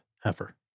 heifer